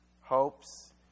hopes